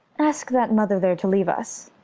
ask that mother there to leave us.